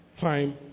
time